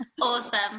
Awesome